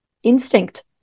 instinct